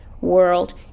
world